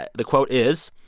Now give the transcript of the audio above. ah the quote is,